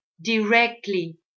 directly